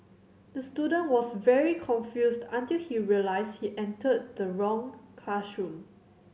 the student was very confused until he realised he entered the wrong classroom